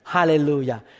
Hallelujah